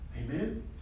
Amen